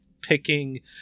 picking